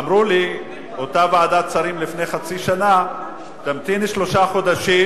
אמרה לי אותה ועדת שרים לפני חצי שנה: תמתין שלושה חודשים,